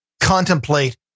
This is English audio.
contemplate